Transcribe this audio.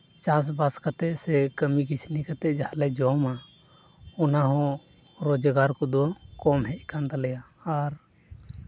ᱪᱟᱥᱼᱵᱟᱥ ᱠᱟᱛᱮᱫ ᱥᱮ ᱠᱟᱹᱢᱤ ᱠᱟᱹᱥᱱᱤ ᱠᱟᱛᱮᱫ ᱡᱟᱦᱟᱸ ᱞᱮ ᱡᱚᱢᱟ ᱚᱱᱟᱦᱚᱸ ᱨᱳᱡᱽᱜᱟᱨ ᱠᱚᱫᱚ ᱠᱚᱢ ᱦᱮᱡ ᱟᱠᱟᱱ ᱛᱟᱞᱮᱭᱟ ᱟᱨ